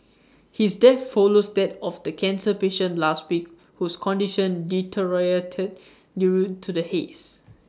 his death follows that of the cancer patient last week whose condition deteriorated due to the hazes